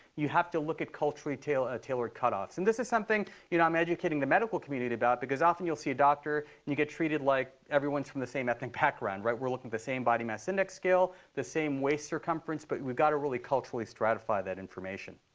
you have to look at culturally tailored tailored cutoffs. and this is something you know i'm educating the medical community about because often you'll see a doctor. and you get treated like everyone is from the same ethnic background. we're looking at the same body mass index scale, the same waist circumference. but we've got to really culturally stratify that information.